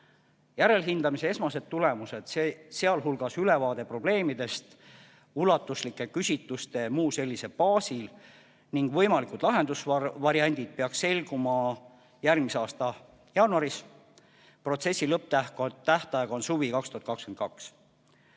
Järelhindamise esmased tulemused, sh ülevaade probleemidest ulatuslike küsitluste jms baasil ning võimalikud lahendusvariandid peaks selguma järgmise aasta jaanuaris. Protsessi lõpptähtaeg on suvi 2022.